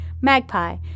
Magpie